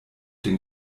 den